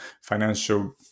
financial